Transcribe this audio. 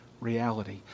reality